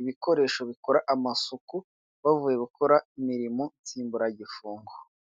ibikoresho bikora amasuku bavuye gukora imirimo nsimburagifungo.